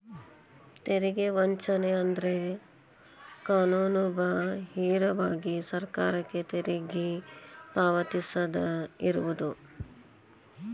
ತೆರಿಗೆ ವಂಚನೆ ಅಂದ್ರ ಕಾನೂನುಬಾಹಿರವಾಗಿ ಸರ್ಕಾರಕ್ಕ ತೆರಿಗಿ ಪಾವತಿಸದ ಇರುದು